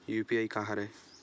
UPI का हरय?